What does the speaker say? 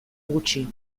gutxi